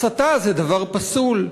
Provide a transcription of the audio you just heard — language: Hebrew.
הסתה זה דבר פסול,